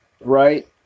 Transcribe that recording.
right